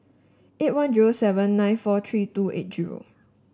eight one zero seven nine four three two eight zero